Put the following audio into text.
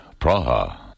Praha